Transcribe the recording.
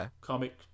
comic